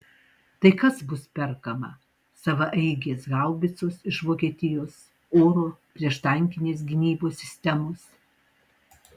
tai kas bus perkama savaeigės haubicos iš vokietijos oro prieštankinės gynybos sistemos